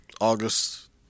August